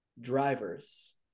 drivers